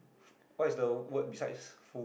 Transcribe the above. what is the word besides